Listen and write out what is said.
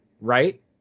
right